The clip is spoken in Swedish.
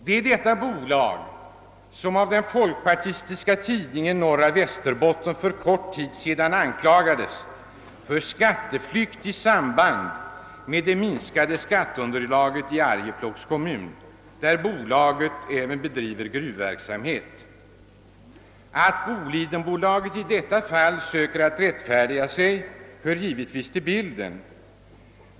Det är detta bolag som av den folkpartistiska tidningen Norra Västerbotten för kort tid sedan anklagades för skatteflykt i samband med det minskade skatteunderlaget i Arjeplogs kommun, där bolaget även driver gruvverksamhet. Att Bolidenbolaget i detta fall söker rättfärdiga sig hör givetvis till bilden.